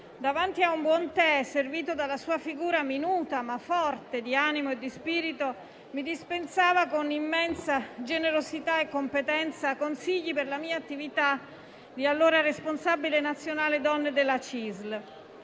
Davanti a un buon tè, servito dalla sua figura minuta ma forte di animo e di spirito, mi dispensava con immensa generosità e competenza consigli per la mia attività di allora, responsabile del Coordinamento